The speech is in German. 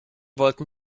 wollten